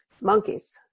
monkeys